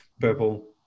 purple